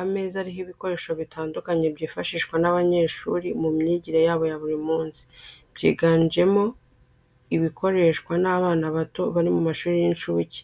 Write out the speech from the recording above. Ameza ariho ibikoresho bitandukanye byifashishwa n'abanyeshuri mu myigire yabo ya buri munsi, byiganjemo ibikoreshwa n'abana bato bari mu mashuri y'incuke,